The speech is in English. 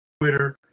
Twitter